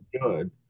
good